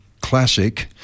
classic